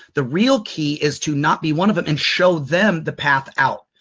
the real key is to not be one of them and show them the path out,